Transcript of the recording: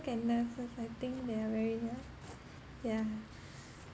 at nurses I think they are very nice yeah